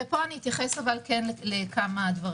ופה אתייחס לכמה דברים.